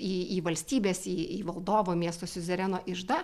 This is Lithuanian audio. į į valstybės į valdovo miesto siuzereno iždą